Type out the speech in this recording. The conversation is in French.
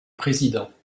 président